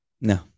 no